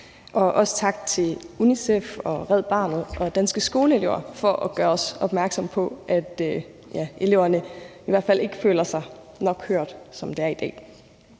Også tak til UNICEF og Red Barnet og Danske Skoleelever for at gøre os opmærksom på, at eleverne i hvert fald ikke føler sig nok hørt, som det er i dag.